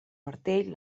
martell